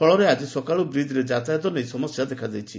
ଫଳରେ ଆକି ସକାଳୁ ବ୍ରିକ୍ରେ ଯାତାୟାତ ନେଇ ସମସ୍ୟା ଦେଖାଦେଇଛି